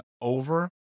over